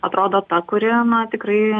atrodo ta kuri na tikrai